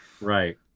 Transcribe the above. Right